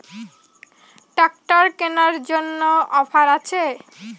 Tractor কেনার জন্য offer আছে?